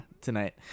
Tonight